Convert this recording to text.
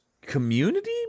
community